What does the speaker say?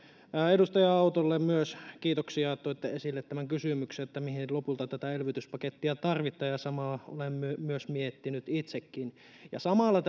edustaja autolle myös kiitoksia että toitte esille sen kysymyksen mihin lopulta tätä elvytyspakettia tarvitaan samaa olen myös miettinyt itsekin samalla